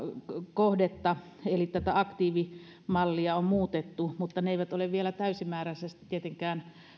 kohdetta eli tätä aktiivimallia on muutettu mutta ne muutokset eivät ole vielä täysimääräisesti tietenkään